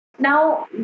Now